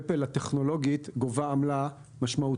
"אפל" הטכנולוגית גובה עמלה משמעותית